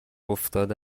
افتاده